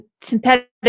synthetic